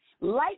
Light